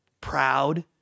proud